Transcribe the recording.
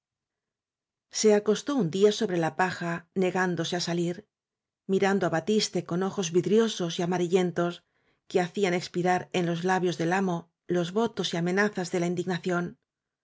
se acostó un día sobre la paja neeándose á salir miy i rancio á batiste con ojos vidriosos y amarillentos que hacían expirar en los labios del amo los votos y amenazas de la indignación